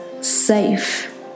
safe